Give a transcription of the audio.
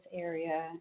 area